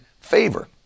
favor